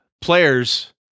players